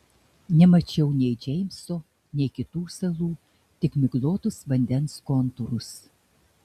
nemačiau nei džeimso nei kitų salų tik miglotus vandens kontūrus